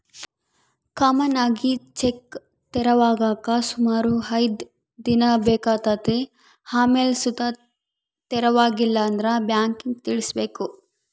common ಆಗಿ check ತೆರವಾಗಾಕ ಸುಮಾರು ಐದ್ ದಿನ ಬೇಕಾತತೆ ಆಮೇಲ್ ಸುತ ತೆರವಾಗಿಲ್ಲಂದ್ರ ಬ್ಯಾಂಕಿಗ್ ತಿಳಿಸ್ಬಕು